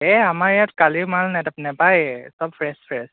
এই আমাৰ ইয়াত কালিৰ মাল নেপায়ে চব ফ্ৰেছ ফ্ৰেছ